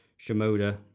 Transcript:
Shimoda